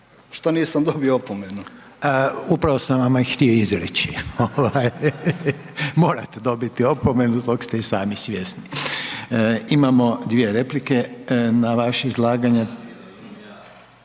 **Reiner, Željko (HDZ)** Upravo sam vam je htio izreći. Morate dobiti opomenu, tog ste i sami svjesni. Imamo dvije replike na vaše izlaganje.